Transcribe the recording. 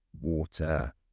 water